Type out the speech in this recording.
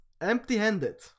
empty-handed